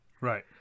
Right